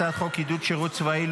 הצעת חוק עידוד שירות צבאי,